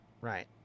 right